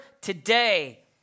today